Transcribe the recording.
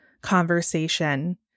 conversation